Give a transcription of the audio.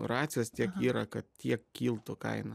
racijos tiek yra kad tiek kiltų kaina